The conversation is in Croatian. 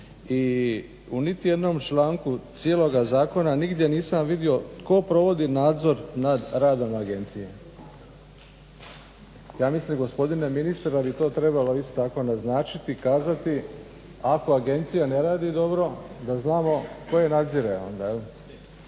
i u niti jednom članku cijeloga zakona nigdje nisam vidio tko provodi nadzor nad radom agencije? Ja mislim gospodine ministre da bi to trebalo …/Govornik se ne razumije./… naznačiti, kazati. Ako agencija ne radi dobro da znamo tko je nadzire onda.